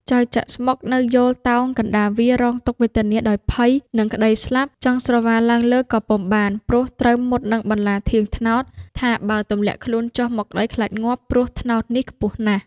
ចៅចាក់ស្មុគ នៅយោលតោងកណ្តាលវាល រងទុក្ខវេទនាដោយភ័យនឹងក្តីស្លាប់ ចង់ស្រវាឡើងលើក៏ពុំបាន ព្រោះត្រូវមុតនឹងបន្លាធាងត្នោត ថាបើទម្លាក់ខ្លួនចុះមកដីខ្លាចងាប់ ព្រោះត្នោតនេះខ្ពស់ណាស់។